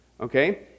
Okay